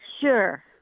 Sure